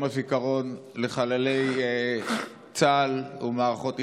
הזיכרון לחללי צה"ל ומערכות ישראל,